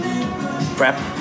prep